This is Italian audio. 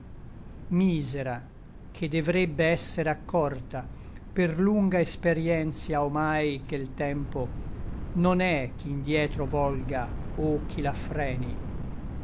misera che devrebbe esser accorta per lunga experïentia omai che l tempo non è chi ndietro volga o chi l'affreni